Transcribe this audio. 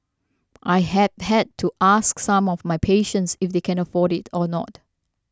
I have had to ask some of my patients if they can afford it or not